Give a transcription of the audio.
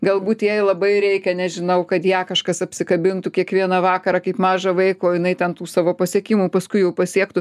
galbūt jai labai reikia nežinau kad ją kažkas apsikabintų kiekvieną vakarą kaip mažą vaiką o jinai ten tų savo pasiekimų paskui jau pasiektų